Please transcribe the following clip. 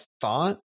thought